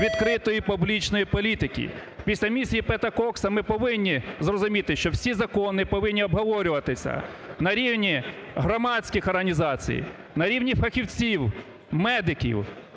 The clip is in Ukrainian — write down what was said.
відкритої публічної політики. після місії Пета Кокса ми повинні зрозуміти, що всі закони повинні обговорюватися на рівні громадських організацій, на рівні фахівців, медиків,